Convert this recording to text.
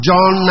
John